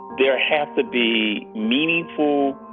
there has to be meaningful